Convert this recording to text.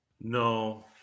No